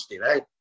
right